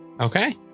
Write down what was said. Okay